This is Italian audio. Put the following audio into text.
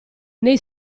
nei